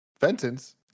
Fenton's